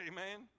Amen